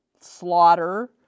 slaughter